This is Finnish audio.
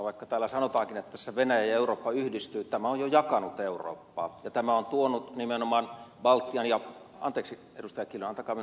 vaikka täällä sanotaankin että tässä venäjä ja eurooppa yhdistyvät tämä on jo jakanut eurooppaa ja tämä on tuonut nimenomaan baltian ja anteeksi ed